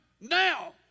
now